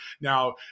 now